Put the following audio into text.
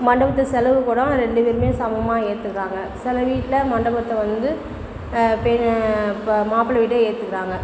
மண்டபத்துக்கு செலவு கூடும் ரெண்டு பேருமே சமமாக ஏத்துக்கிறாங்க சில வீட்டில மண்டபத்தை வந்து பே மாப்பிளை வீடே ஏத்துக்கிறாங்க